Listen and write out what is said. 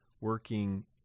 working